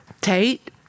Tate